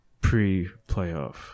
pre-playoff